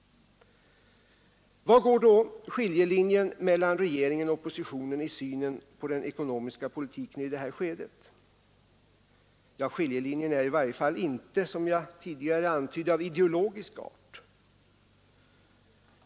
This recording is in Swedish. Var går då skiljelinjen mellan regeringen och oppositionen i synen på den ekonomiska politiken i det här skedet? Ja, skiljelinjen är i varje fall — som jag tidigare antydde — inte av ideologisk art.